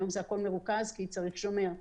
היום הכול מרוכז כי צריך שומר.